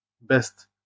best